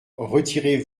retirez